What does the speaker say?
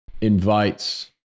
invites